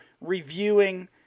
reviewing